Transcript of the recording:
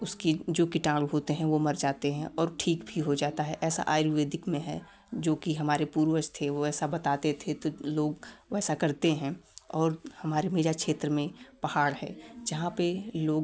उसके जो किटाणु होते हैं वो मर जाते हैं और ठीक भी हो जाता है ऐसा आयुर्वेदिक में है जोकि हमारे पूर्वज थे वो ऐसा बताते थे तो लोग वैसा करते हैं और हमारे मेजा क्षेत्र में पहाड़ है जहाँ पे लोग